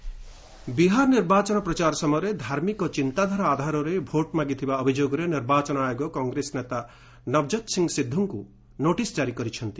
EC ସିଧ ବିହାର ନିର୍ବାଚନ ପ୍ରଚାର ସମୟରେ ଧାର୍ମିକ ଚିନ୍ତାଧାରା ଆଧାରରେ ଭୋଟ ମାଗିଥିବା ଅଭିଯୋଗରେ ନିର୍ବାଚନ ଆୟୋଗ କଂଗ୍ରେସ ନେତା ନବଜ୍ୟୋତ ସିଂ ସିଧୁଙ୍କୁ ନୋଟିସ ଜାରି କରିଛନ୍ତି